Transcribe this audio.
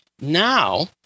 now